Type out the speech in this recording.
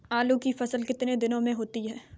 आलू की फसल कितने दिनों में होती है?